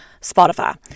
spotify